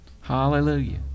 hallelujah